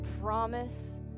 promise